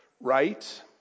right